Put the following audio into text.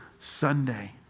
Sunday